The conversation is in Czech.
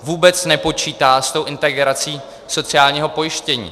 Vůbec nepočítá s integrací sociálního pojištění.